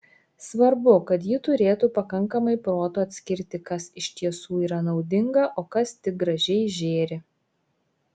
svarbu kad ji turėtų pakankamai proto atskirti kas iš tiesų yra naudinga o kas tik gražiai žėri